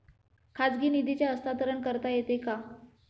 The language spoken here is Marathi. खाजगी निधीचे हस्तांतरण करता येते का?